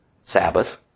Sabbath